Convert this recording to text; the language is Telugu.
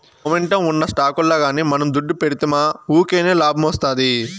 మొమెంటమ్ ఉన్న స్టాకుల్ల గానీ మనం దుడ్డు పెడ్తిమా వూకినే లాబ్మొస్తాది